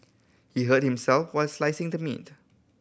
he hurt himself while slicing the meat